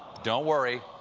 don't worry,